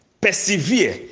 Persevere